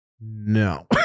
No